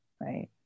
right